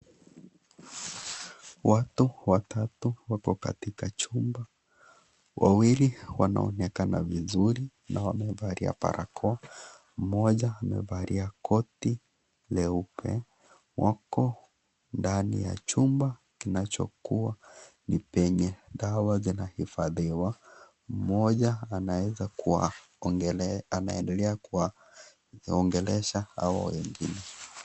Watu watatu wako katika chumba wawili wanaonekana vizuri na wamevalia barakoa mmoja amevalia koti nyeupe huku ndani ya chumba kinachokuwa ni penye dawa zinahifadhiwa mmoja anaweza kuwa anaendelea kuwaongelesha hawa wengine.